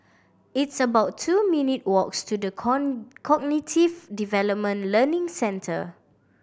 it's about two minute' walks to The Cognitive Development Learning Centre